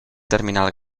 terminal